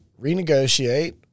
renegotiate